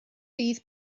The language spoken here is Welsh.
fydd